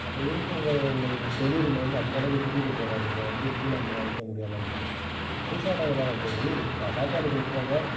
அப்றம் எதுக்கு உங்கள் உங்கள் டெலிவரி மேன் வந்து அந்தளவுக்கு திட்டிட்டு போறார் எங்களை வந்து கீழே வந்து வாங்கிக்க முடியாதான்னுட்டு வயசானவங்க தானே தம்பி சாப்பாடு கொடுக்குறவங்க